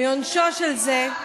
את הראשונה, מעונשו של זה,